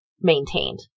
maintained